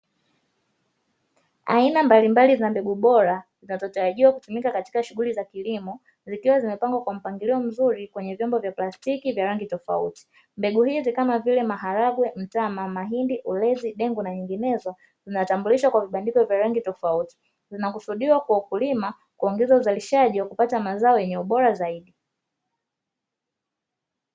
Aina mbalimbali za mbegu bora zinazotarajia kutumika katika shughuli za kilimo zikiwa zimepangwa kwa mpangilio mzuri kwenye vyombo vya plastiki vya rangi tofauti, mbegu hizi kama vile maharage, mtama, mahindi, dengu na zinginezo zinatamburishwa kwa vibandiko vya rangi tofauti, zinakusudiwa kwa wakulima kuongeza uzalishaji wa kupata mazao yenye ubora zaidi.